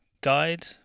guide